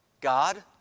God